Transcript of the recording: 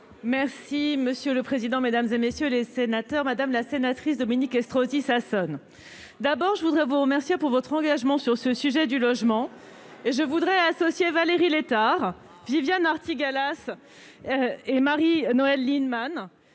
Merci monsieur le président, Mesdames et messieurs les sénateurs, Madame la sénatrice Dominique Estrosi Sassone d'abord je voudrais vous remercier pour votre engagement sur ce sujet, du logement et je voudrais associer Valérie Létard Viviane Artigalas et Marie-Noëlle Lienemann,